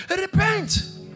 Repent